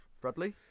Bradley